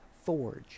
Forge